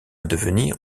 devenir